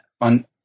on